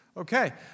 Okay